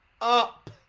up